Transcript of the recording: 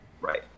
Right